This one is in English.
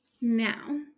now